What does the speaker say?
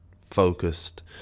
focused